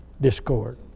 discord